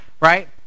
Right